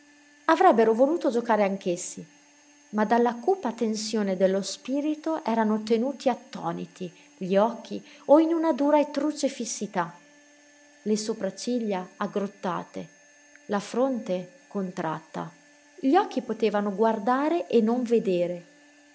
avrebbero voluto giocare anch'essi ma dalla cupa tensione dello spirito erano tenuti attoniti gli occhi o in una dura e truce fissità le sopracciglia aggrottate la fronte contratta gli occhi potevano guardare e non vedere